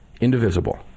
indivisible